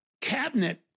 cabinet